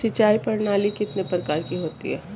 सिंचाई प्रणाली कितने प्रकार की होती हैं?